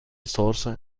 source